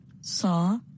saw